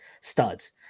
studs